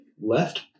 left